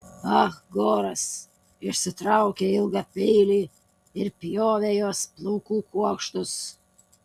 ah goras išsitraukė ilgą peilį ir pjovė jos plaukų kuokštus